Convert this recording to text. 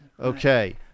Okay